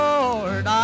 Lord